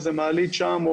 איזו מעלית שם,